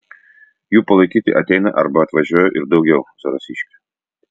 jų palaikyti ateina arba atvažiuoja ir daugiau zarasiškių